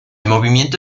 movimiento